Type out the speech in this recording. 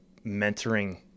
mentoring